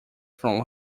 from